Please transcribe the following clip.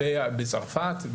בצרפת,